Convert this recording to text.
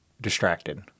distracted